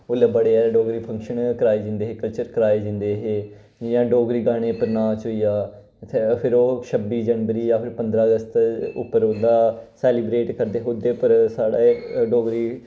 उसलै बड़े जैदा डोगरी फंक्शन कराए जंदे हे कल्चर कराए जंदे हे जियां डोगरी गाने पर नाच होइया इत्थै फिर ओह् छब्बी जनवरी जां फिर पंदरा अगस्त उप्पर उदा सेलिब्रेट करदे उदे पर साढ़ा एह् डोगरी